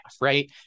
right